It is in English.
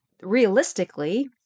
Realistically